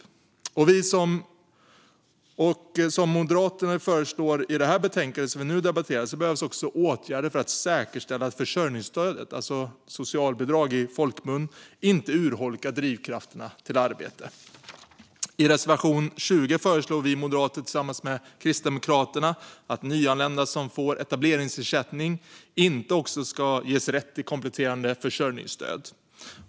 Det behövs också åtgärder - som Moderaterna föreslår i det betänkande vi nu debatterar - för att säkerställa att försörjningsstöd, alltså socialbidrag i folkmun, inte urholkar drivkrafterna till arbete. I reservation 20 föreslår vi moderater tillsammans med Kristdemokraterna att nyanlända som får etableringsersättning inte också ska ges rätt till kompletterade försörjningsstöd.